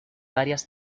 varias